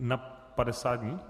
Na 50 dní?